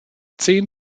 zehn